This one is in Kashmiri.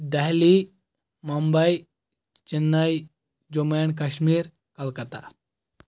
دہلی مُمباے چناے جموں اینٛڈ کشمیٖر کلکتہ